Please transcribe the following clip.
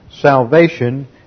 salvation